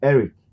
Eric